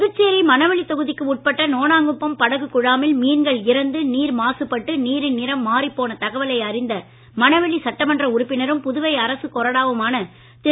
புதுச்சேரி மணவெளி தொகுதிக்கு உட்பட்ட நோணாங்குப்பம் படகு குழாமில் மீன்கள் இறந்து நீர் மாசுபட்டு நீரின் நிறம் மாறிப் போன தகவலை அறிந்த மணவெளி சட்டமன்ற உறுப்பினரும் புதுவை அரசு கொறடாவும் ஆன திரு